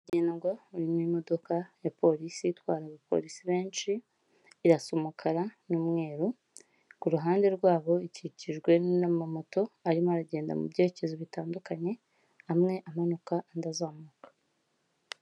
Umuhanda nyabagendwa urimo imodoka ya polisi itwara abapolisi benshi, irasa umukara n'umweru, ku ruhande rwabo ikikijwe n'amamoto arimo aragenda mu byerekezo bitandukanye, amwe amanuka andi azamuka.